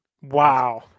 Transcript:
Wow